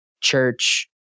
church